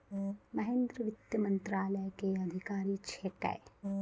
महेन्द्र वित्त मंत्रालय के अधिकारी छेकै